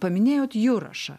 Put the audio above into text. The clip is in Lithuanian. paminėjot jurašą